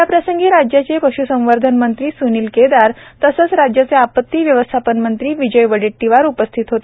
याप्रसंगी राज्याचे पश्संवर्धन मंत्री सुनील केदार तसेच राज्याचे आपती व्यवस्थापन मंत्री विजय वडेट्टीवार उपस्थित होते